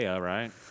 right